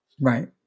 Right